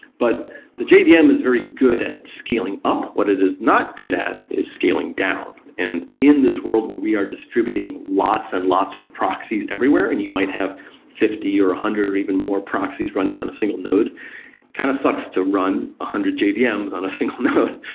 but the jvm yeah um is very good at scaling up. what it is not good at is scaling down. and in this world where we are distributing lots and lots of proxies everywhere and you might have fifty or one ah hundred or even more proxies running on a single node, it kind of sucks to run one ah hundred jvms on a single node.